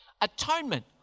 Atonement